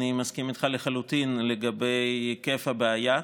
אני מסכים איתך לחלוטין לגבי היקף הבעיה.